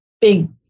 big